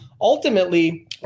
ultimately